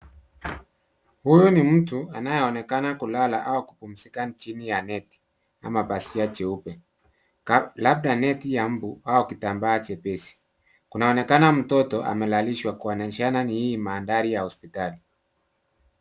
Huyu ni mtu anayeonekana kulala au kupumzika chini ya neti ama pazia jeupe, labda neti ya mbu au kitambaa chepesi. Kunaonekana mtoto amelalishwa kuonyeshana ni mandhari ya hospitali.